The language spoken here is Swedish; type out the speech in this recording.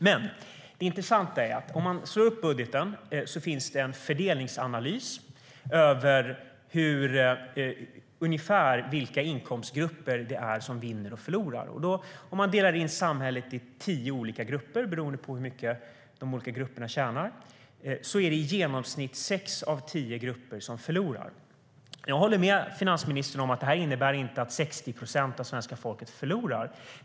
Men det intressanta är att om man slår upp budgeten finns det en fördelningsanalys över ungefär vilka inkomstgrupper det är som vinner och förlorar. Om man delar in samhället i tio olika grupper beroende på hur mycket de olika grupperna tjänar är det i genomsnitt sex av tio grupper som förlorar. Jag håller med finansministern om att detta inte innebär att 60 procent av svenska folket förlorar.